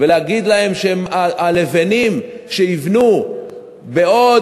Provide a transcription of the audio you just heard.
ולהגיד להם שהם הלבנים שיבנו בעוד,